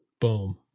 Boom